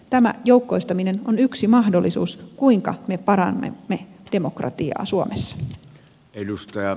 tämä joukkoistaminen on yksi mahdollisuus kuinka me parannamme demokratiaa suomessa